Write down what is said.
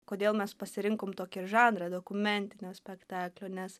kodėl mes pasirinkom tokį žanrą dokumentinio spektaklio nes